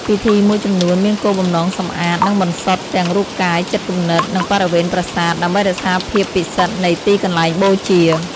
ពិធីមួយចំនួនមានគោលបំណងសម្អាត និងបន្សុទ្ធទាំងរូបកាយ ចិត្តគំនិត និងបរិវេណប្រាសាទ ដើម្បីរក្សាភាពពិសិដ្ឋនៃទីកន្លែងបូជា។